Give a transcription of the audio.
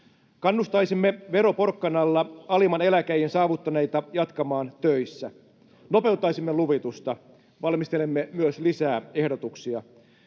Kannustaisimme veroporkkanalla alimman eläkeiän saavuttaneita jatkamaan töissä. Nopeuttaisimme luvitusta. Valmistelemme myös lisää ehdotuksia.